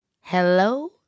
hello